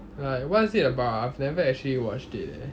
like what is it about ah I've never actually watched it